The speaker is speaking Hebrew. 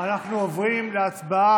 אנחנו עוברים להצבעה.